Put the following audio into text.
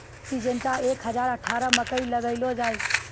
Syngenta एक हजार अठारह मकई लगैलो जाय?